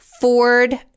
Ford